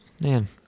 man